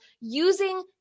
using